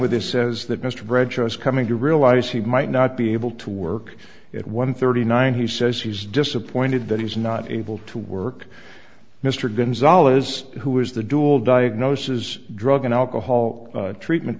with this says that mr bradshaw is coming to realize he might not be able to work at one thirty nine he says he's disappointed that he's not able to work mr gonzalez who is the dual diagnosis drug and alcohol treatment